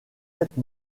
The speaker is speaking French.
êtes